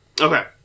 Okay